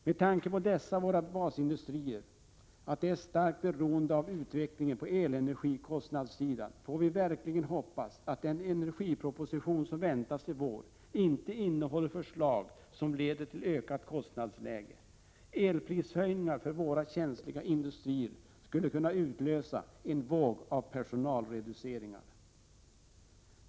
Med tanke på att våra basindustrier är starkt beroende av utvecklingen på elenergikostnadssidan får vi verkligen hoppas att den energiproposition som väntas i vår inte innehåller förslag som leder till ökat kostnadsläge. Elprishöjningar för våra känsliga industrier skulle kunna utlösa en våg av personalreduceringar.